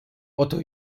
otto